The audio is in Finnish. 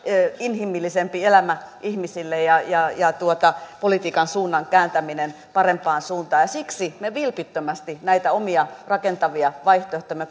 inhimillisempi elämä ihmisille ja politiikan suunnan kääntäminen parempaan suuntaan siksi me vilpittömästi näitä omia rakentavia vaihtoehtojamme